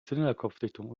zylinderkopfdichtung